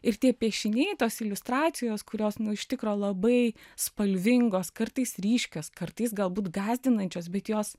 ir tie piešiniai tos iliustracijos kurios iš tikro labai spalvingos kartais ryškios kartais galbūt gąsdinančios bet jos